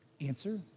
Answer